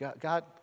God